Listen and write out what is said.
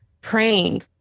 praying